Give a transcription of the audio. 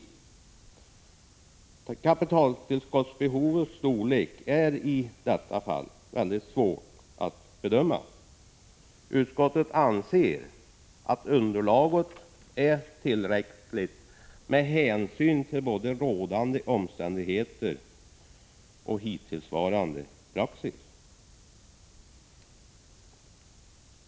Behovet av kapitaltillskott är i detta fall mycket svårt att bedöma. Utskottet anser att underlaget är tillräckligt med hänsyn till både rådande omständigheter och hittillsvarande praxis.